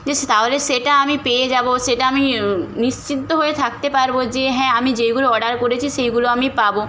যে তা হলে সেটা আমি পেয়ে যাব সেটা আমি নিশ্চিন্ত হয়ে থাকতে পারবো যে হ্যাঁ আমি যেগুলো অর্ডার করেছি সেগুলো আমি পাব